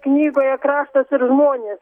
knygoje kraštas ir žmonės